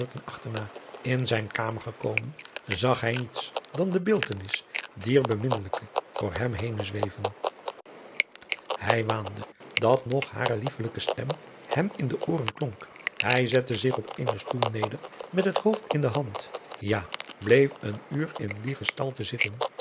na in zijne kamer gekomen zag hij niets dan de beeldtenis dier beminnelijke voor hem henen zweven hij waande dat nog hare liefelijke stem hem in de ooren klonk hij zette zich op eenen stoel neder met het hoofd in de band ja bleef een uur in die gestalte zitten